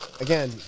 again